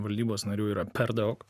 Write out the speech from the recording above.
valdybos narių yra per daug